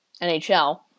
NHL